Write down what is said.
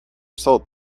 sold